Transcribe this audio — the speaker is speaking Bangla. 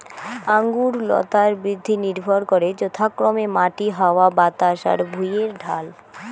আঙুর লতার বৃদ্ধি নির্ভর করে যথাক্রমে মাটি, হাওয়া বাতাস আর ভুঁইয়ের ঢাল